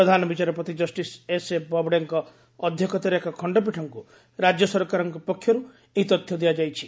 ପ୍ରଧାନ ବିଚାରପତି justice S A ବୋବ୍ଡେଙ୍କ ଅଧ୍ୟକ୍ଷତାରେ ଏକ ଖଣ୍ଡପୀଠଙ୍କୁ ରାଜ୍ୟ ସରକାରଙ୍କ ପକ୍ଷରୁ ଏହି ତଥ୍ୟ ଦିଆଯାଇଛି